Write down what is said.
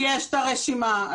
יש לך את הרשימה?